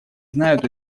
знают